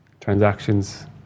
transactions